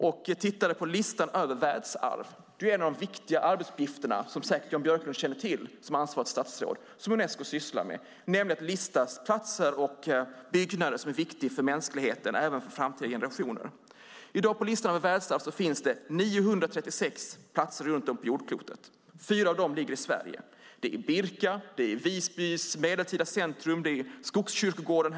Jag tittade på listan över världsarv. Det är en av de viktiga arbetsuppgifterna, som säkert Jan Björklund känner till som ansvarigt statsråd, som Unesco sysslar med. Det är att lista platser och byggnader som är viktiga för mänskligheten - även för framtida generationer. I dag på listan över världsarv finns 936 platser runt om på jordklotet. Fyra av dem ligger i Sverige, bland annat Birka, Visbys medeltida centrum och Skogskyrkogården.